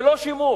זה לא שימור.